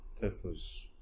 purpose